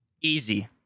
Easy